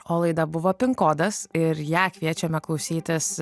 o laida buvo kodas ir ją kviečiame klausytis